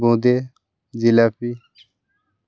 বোঁদে jalebi